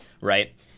Right